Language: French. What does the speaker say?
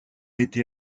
été